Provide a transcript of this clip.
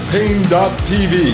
Pain.tv